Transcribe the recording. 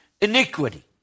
iniquity